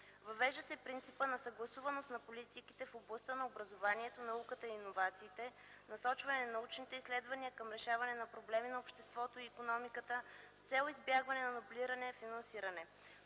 Въвежда се принципът за съгласуваност на политиките в областта на образованието, науката и иновациите, насочването на научните изследвания към решаване на проблеми на обществото и икономиката с цел избягване на дублирано финансиране.